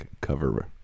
cover